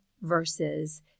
versus